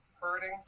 hurting